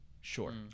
sure